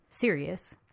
Serious